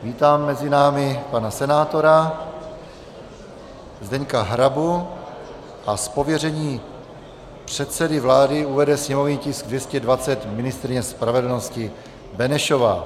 Vítám mezi námi pana senátora Zdeňka Hrabu a z pověření předsedy vlády uvede sněmovní tisk 220 ministryně spravedlnosti Benešová.